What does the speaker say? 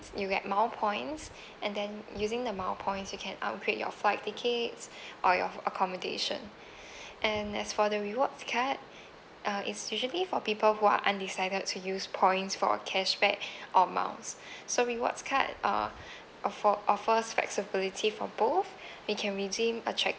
you get mile points and then using the mile points you can upgrade your flight tickets or your accommodation and as for the reward card uh is usually for people who are undecided to use points for cashback or miles so rewards card uh offer offers flexibility for both we can redeem a check